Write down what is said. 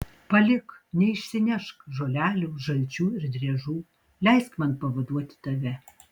palik neišsinešk žolelių žalčių ir driežų leisk man pavaduoti tave